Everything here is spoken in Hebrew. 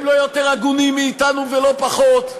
הם לא יותר הגונים מאתנו ולא פחות.